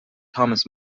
thomas